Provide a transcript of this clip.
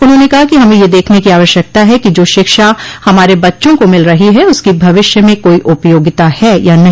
उन्होंने कहा कि हमें यह देखने की आवश्यकता है कि जो शिक्षा हमारे बच्चों को मिल रही है उसकी भविष्य में कोई उपयोगिता है या नहीं